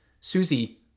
Susie